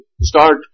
start